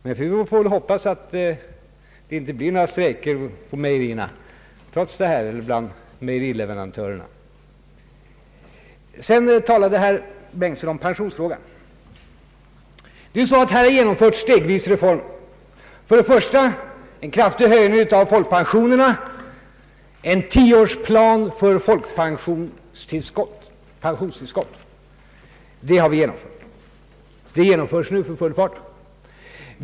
Men vi får hoppas att det trots detta inte blir några strejker bland mejerileverantörerna. Herr Bengtson talade också om pensionsfrågan. Härvidlag har stegvis genomförts reformer. Det första skedet var en kraftig höjning av folkpensionerna — en tioårsplan för pensionstillskott. Det håller på att genomföras för fullt.